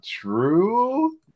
true